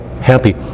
happy